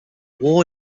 war